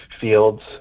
fields